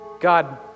God